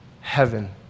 heaven